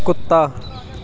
ਕੁੱਤਾ